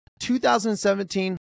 2017